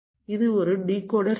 இது ஒரு டிகோடர் சுற்று